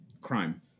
crime